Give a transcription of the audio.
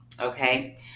Okay